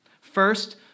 First